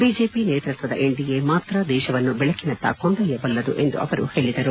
BJP ನೇತೃತ್ವದ NDA ಮಾತ್ರ ದೇಶವನ್ನು ಬೆಳಕಿನತ್ತ ಕೊಂಡೊಯ್ಟುಲ್ಲದು ಎಂದು ಅವರು ಹೇಳದರು